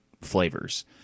flavors